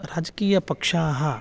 राजकीय पक्षाः